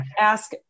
ask